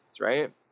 Right